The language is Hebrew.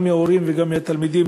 גם מההורים וגם מהתלמידים,